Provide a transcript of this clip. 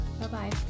Bye-bye